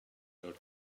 your